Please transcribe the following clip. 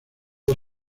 los